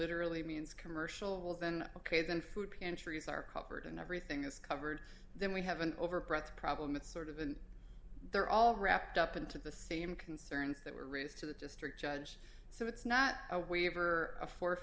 literally means commercial then ok then food pantries are covered and everything is covered then we have an over breath problem with sort of and they're all wrapped up into the same concerns that were raised to the just or judge so it's not a waiver a